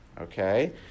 Okay